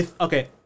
Okay